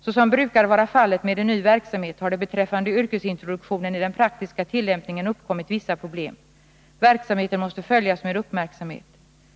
Såsom brukar vara fallet med en ny verksamhet har det beträffande yrkesintroduktionen i den praktiska tillämpningen uppkommit vissa problem. Verksamheten måste följas med uppmärksamhet.